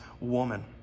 woman